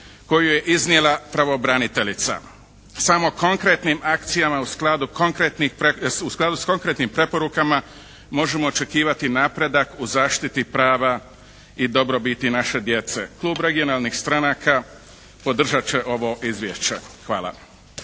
koju je iznijela pravobraniteljica. Samo konkretnim akcijama u skladu s konkretnim preporukama možemo očekivati napredak u zaštiti prava i dobrobiti naše djece. Klub regionalnih stranaka podržat će ovo izvješće.